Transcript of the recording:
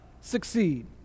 succeed